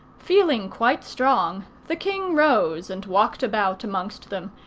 feeling quite strong, the king rose and walked about amongst them,